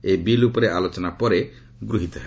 ଏହି ବିଲ୍ ଉପରେ ଆଲୋଚନା ପରେ ଗୃହିତ ହେବ